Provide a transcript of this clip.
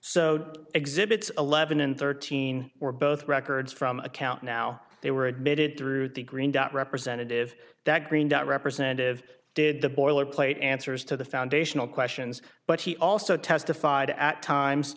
so exhibits eleven and thirteen were both records from a count now they were admitted through the green dot representative that green dot representative did the boilerplate answers to the foundational questions but he also testified at times